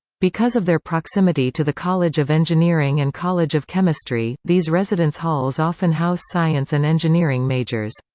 because of their proximity to the college of engineering and college of chemistry, these residence halls often house science and engineering majors.